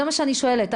זה מה שאני שואלת.